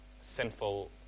sinful